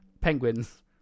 penguins